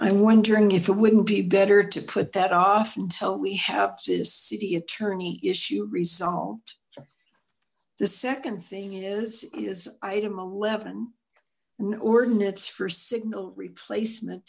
i'm wondering if it wouldn't be better to put that off until we have this city attorney issue resolved the second thing is is item eleven and the ordinance for single replacement